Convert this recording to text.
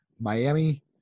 Miami